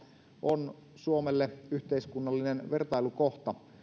on suomelle yhteiskunnallinen vertailukohta